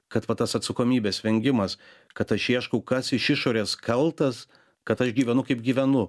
kad va tas atsakomybės vengimas kad aš ieškau kas iš išorės kaltas kad aš gyvenu kaip gyvenu